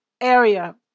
area